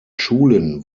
schulen